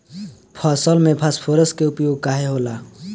फसल में फास्फोरस के उपयोग काहे होला?